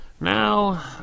Now